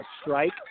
strike